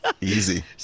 Easy